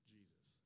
Jesus